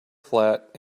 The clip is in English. flat